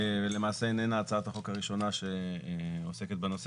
למעשה, זו איננה הצעת החוק הראשונה שעוסקת בנושא.